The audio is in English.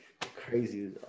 Crazy